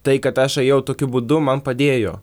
tai kad aš ėjau tokiu būdu man padėjo